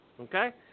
okay